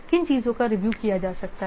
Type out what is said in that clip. किन चीजों का रिव्यू किया जा सकता है